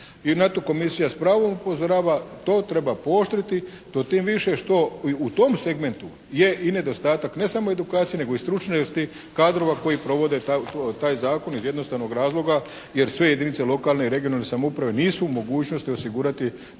I na to Komisija s pravom upozorava. To treba pooštriti, to tim više što u tom segmentu je i nedostatak ne samo edukacije nego i stručnosti kadrova koji provode taj zakon iz jednostavnog razloga jer sve jedinice lokalne i regionalne samouprave nisu u mogućnosti osigurati